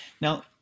Now